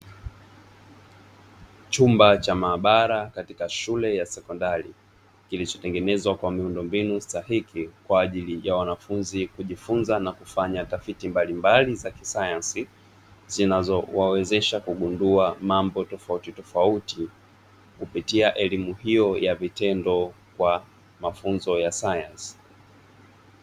Chumba cha maabara katika shule ya sekondari, kilichotengenezwa kwa miundombinu stahiki kwa ajili ya wanafunzi kujifunza na kufanya tafiti mbalimbali za kisayansi, zinazowawezesha kugundua mambo tofautitofauti kupitia elimu hiyo ya vitendo kwa mafunzo ya sayansi.